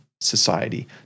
society